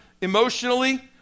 emotionally